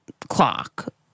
clock